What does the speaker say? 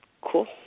Cool